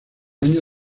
año